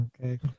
Okay